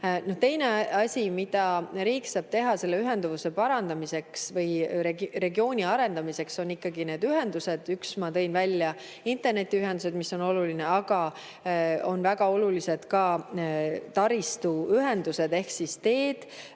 Teine asi, mida riik saab teha ühenduvuse parandamiseks või regiooni arendamiseks, on ikkagi need ühendused. Ma tõin välja internetiühendused, mis on olulised, aga väga olulised on ka taristuühendused ehk teed,